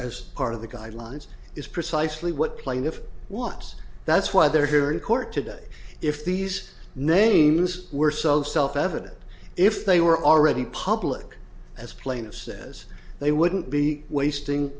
as part of the guidelines is precisely what plaintiffs what's that's why they're here in court today if these names were so self evident if they were already public as plaintiff says they wouldn't be wasting